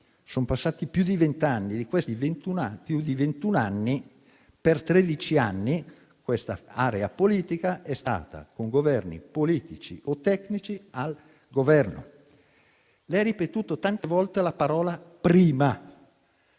Sono passati più di vent'anni e per tredici anni questa area politica è stata, con Governi politici o tecnici, al Governo. Lei ha ripetuto tante volte la parola «prima»